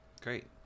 great